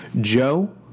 Joe